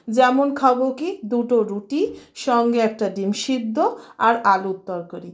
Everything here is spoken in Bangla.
যেমন খাবো কী দুটো রুটি সঙ্গে একটা ডিম সিদ্ধ আর আলুর তরকারি